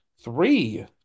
three